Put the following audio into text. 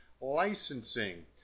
licensing